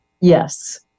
Yes